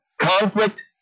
conflict